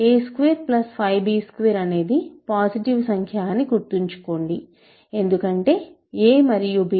a25b2 అనేది positive సంఖ్యఅని గుర్తుంచుకోండి ఎందుకంటే a మరియు b లు నాన్ జీరో ఇంటిజర్స్